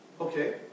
Okay